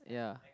ya